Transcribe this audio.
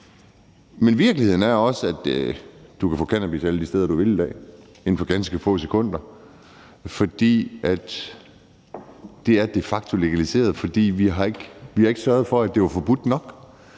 Men virkeligheden er også, at du i dag kan få cannabis alle de steder, du vil, inden for ganske få sekunder. Det er de facto legaliseret, fordi vi ikke har sørget for, at det var forbudt nok.